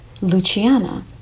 Luciana